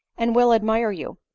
and will admire you.